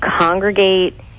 congregate